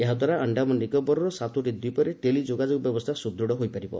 ଏହାଦ୍ୱାରା ଆଶ୍ଡାମାନ ନିକୋବରର ସାତୋଟି ଦ୍ୱୀପରେ ଟେଲି ଯୋଗାଯୋଗ ବ୍ୟବସ୍ଥା ସୁଦୂଢ଼ ହୋଇପାରିବ